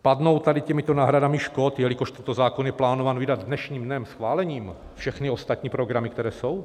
Padnou těmito náhradami škod jelikož tento zákon je plánován vydat dnešním dnem, schválením všechny ostatní programy, které jsou?